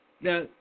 Now